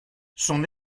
son